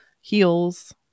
heels